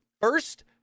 first